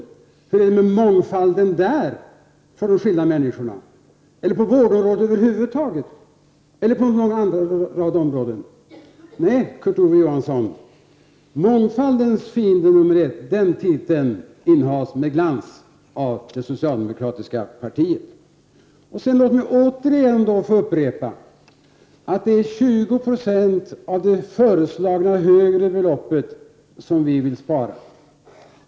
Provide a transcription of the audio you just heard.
Hur är det med mångfalden i fråga om denna för människorna, och hur är det med mångfalden på vårdområdet över huvud taget och på många andra områden? Titeln mångfaldens fiende nr 1 innehas med glans av det socialdemokratiska partiet, Kurt Ove Johansson. Låt mig få upprepa att det är 20 96 av det föreslagna högre beloppet som vi vill spara.